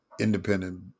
independent